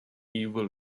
evil